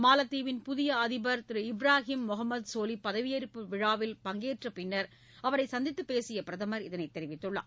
மாலத்தீவின் புதிய அதிபர் இப்ராஹிம் முகமது சோலிஹ் பதவியேற்பு விழாவில் பங்கேற்ற பின்னர் அவரை சந்தித்துப் பேசிய பிரதமர் இதனைத் தெரிவித்துள்ளார்